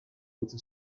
its